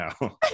no